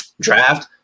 draft